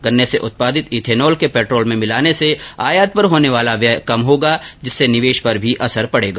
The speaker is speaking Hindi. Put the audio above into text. गन्ने से उत्पादित इथेनॉल के पैट्रॉल में मिलाने से आयात पर होने वाला व्यय कम होगा जिससे निवेश पर भी असर पड़ेगा